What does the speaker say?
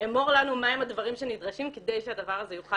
אמור לנו מהם הדברים שנדרשים כדי שהדבר הזה יוכל